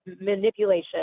manipulation